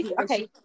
Okay